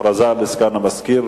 אין נמנעים.